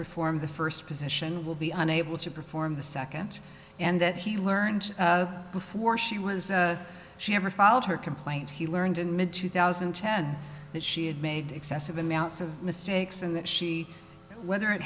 perform the first position will be unable to perform the second and that he learned before she was she ever filed her complaint he learned in mid two thousand and ten that she had made excessive amounts of mistakes and that she whether it